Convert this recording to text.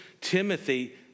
Timothy